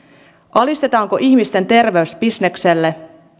alistetaanko ihmisten terveys bisnekselle